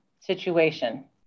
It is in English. situation